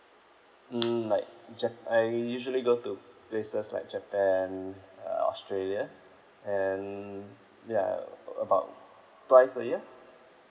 mm like ja~ I usually go to places like japan uh australia and ya about twice a year